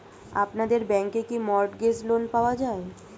আপনাদের ব্যাংকে কি মর্টগেজ লোন পাওয়া যায়?